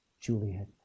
Juliet